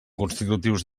constitutius